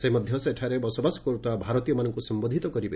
ସେ ମଧ୍ୟ ସେଠାରେ ବସବାସ କରୁଥିବା ଭାରତୀୟମାନଙ୍କୁ ସମ୍ବୋଧିତ କରିବେ